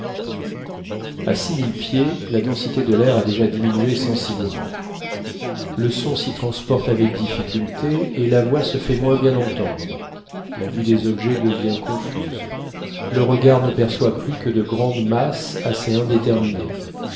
a six mille pieds la densité de l'air a déjà diminué sensiblement le son s'y transporte avec difficulté et la voix se fait moins bien entendre la vue des objets devient confuse le regard ne perçoit plus que de grandes masses assez indéterminées